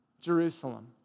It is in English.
Jerusalem